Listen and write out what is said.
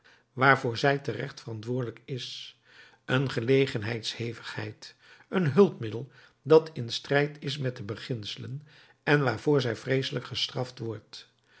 waarvoor zij terecht verantwoordelijk is een gelegenheids hevigheid een hulpmiddel dat in strijd is met de beginselen en waarvoor zij vreeselijk gestraft wordt